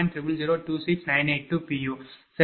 u சரி